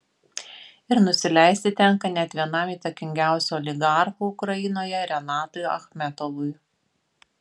ir nusileisti tenka net vienam įtakingiausių oligarchų ukrainoje renatui achmetovui